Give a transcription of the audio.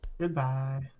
Goodbye